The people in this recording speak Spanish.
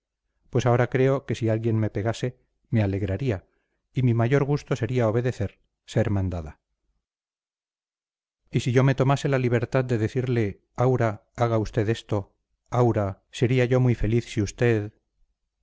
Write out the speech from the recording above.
pues ahora creo que si alguien me pegase me alegraría y mi mayor gusto sería obedecer ser mandada y si yo me tomase la libertad de decirle aura haga usted esto aura sería yo muy feliz si usted